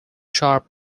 sharp